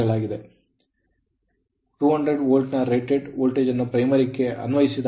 200 volt ನ rated voltage ಅನ್ನು primary ಕ್ಕೆ ಅನ್ವಯಿಸಿದಾಗ 10 Ampere 0